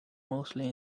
mostly